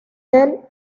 del